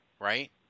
right